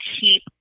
keep